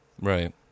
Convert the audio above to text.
right